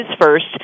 first